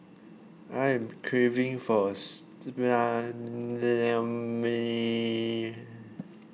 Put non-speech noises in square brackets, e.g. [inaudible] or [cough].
I am craving for a [unintelligible]